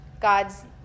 God's